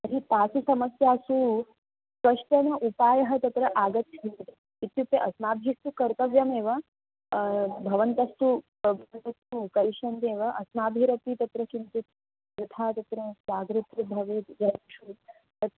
तर्हि तासु समस्यासु कश्चन उपायः तत्र अगच्छन्ति इत्युक्ते अस्माभिस्तु कर्तव्यमेव भवन्तस्तु भवतस्तु करिष्यन्ति एव अस्माभिरपि तत्र किं यथा तत्र जागरित्री भवेत् एतादृषु तत्